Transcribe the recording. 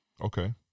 Okay